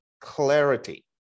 clarity